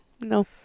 No